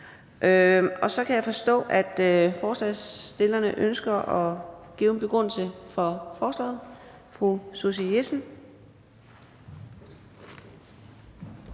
at ordføreren for forslagsstillerne ønsker at give en begrundelse for forslaget. Fru Susie Jessen.